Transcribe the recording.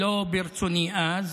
שלא ברצוני אז,